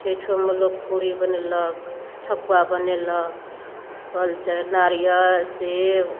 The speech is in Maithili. छैठोमे लोक पूरी बनेलक ठकुआ बनेलक फल चढैए नारियर सेब